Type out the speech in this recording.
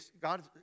God